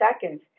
seconds